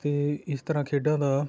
ਅਤੇ ਇਸ ਤਰ੍ਹਾਂ ਖੇਡਾਂ ਦਾ